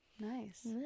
Nice